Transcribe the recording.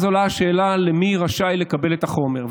אז עולה השאלה מי רשאי לקבל את החומר,